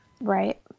Right